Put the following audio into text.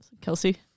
Kelsey